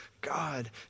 God